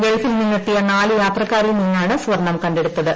ഗൾഫിൽ നിന്നെത്തിയ നാല് യാത്രക്കാരിൽ നിന്നാണ് സ്വർണം കണ്ടെടുത്തത്